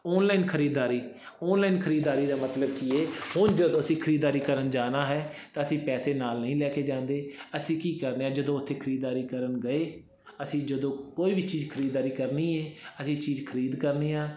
online ਖਰੀਦਦਾਰੀ online ਖਰੀਦਦਾਰੀ ਦਾ ਮਤਲਬ ਕੀ ਹੈ ਹੁਣ ਜਦੋਂ ਅਸੀਂ ਖਰੀਦਦਾਰੀ ਕਰਨ ਜਾਣਾ ਹੈ ਤਾਂ ਅਸੀਂ ਪੈਸੇ ਨਾਲ ਨਹੀਂ ਲੈ ਕੇ ਜਾਂਦੇ ਅਸੀਂ ਕੀ ਕਰਦੇ ਹਾਂ ਜਦੋਂ ਉੱਥੇ ਖਰੀਦਦਾਰੀ ਕਰਨ ਗਏ ਅਸੀਂ ਜਦੋਂ ਕੋਈ ਵੀ ਚੀਜ਼ ਖਰੀਦਦਾਰੀ ਕਰਨੀ ਹੈ ਅਸੀਂ ਚੀਜ਼ ਖਰੀਦ ਕਰਨੀ ਆ